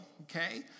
okay